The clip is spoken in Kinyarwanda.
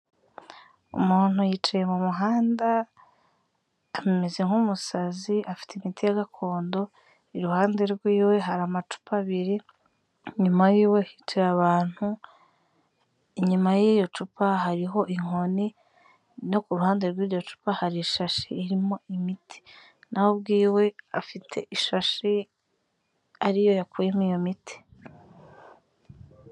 Umuntu yicaye mu muhanda, ameze nk'umusazi, afite imiti ya gakondo, iruhande rw'iwe hari amacupa abiri, nyuma y'iwe hicaye abantu, inyuma y'iyo cupa hariho inkoni, no ku ruhande rw'iryo cupa hari ishashi irimo imiti. Nawe ubwiwe afite ishashi, ari yo yakuyemo iyo miti.